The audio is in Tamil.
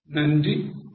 நன்றி வணக்கம்